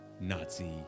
Nazi